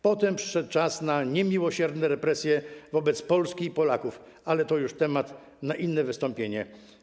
Potem przyszedł czas na niemiłosierne represje wobec Polski i Polaków, ale to już temat na inne wystąpienie.